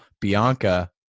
bianca